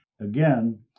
Again